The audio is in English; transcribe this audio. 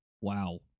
Wow